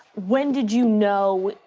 when did you know